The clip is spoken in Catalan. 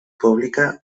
pública